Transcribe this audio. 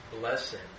blessing